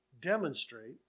demonstrate